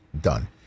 Done